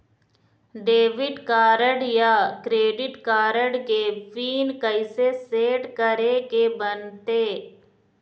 Debit card या credit card के pin कइसे सेट करे के बनते?